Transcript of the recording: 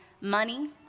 money